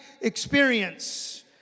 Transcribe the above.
experience